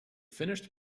finished